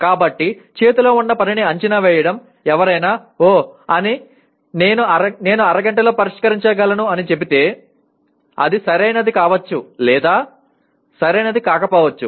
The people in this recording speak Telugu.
కాబట్టి చేతిలో ఉన్న పనిని అంచనా వేయడం ఎవరైనా ఓహ్ నేను అరగంటలో పరిష్కరించగలను అని చెబితే అది సరైనది కావచ్చు లేదా సరైనది కాకపోవచ్చు